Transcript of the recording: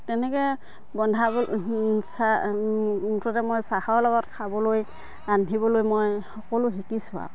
তেনেকৈ বন্ধা মুঠতে মই চাহৰ লগত খাবলৈ ৰান্ধিবলৈ মই সকলো শিকিছোঁ আৰু